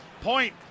Point